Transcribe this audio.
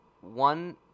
one